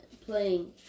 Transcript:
playing